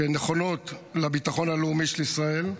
שהן נכונות לביטחון הלאומי של ישראל,